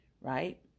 right